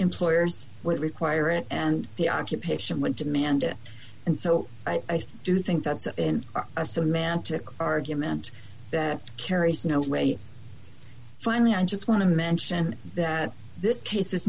employers would require it and the occupation would demand it and so i do think that's a semantic argument that carries no weight finally i just want to mention that this case is